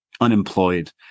unemployed